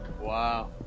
Wow